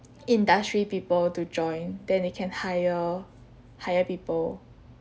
industry people to join then they can hire hire people